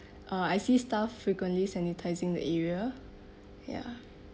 uh I see staff frequently sanitizing the area ya